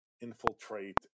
infiltrate